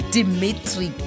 Dimitri